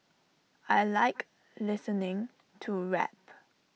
I Like listening to rap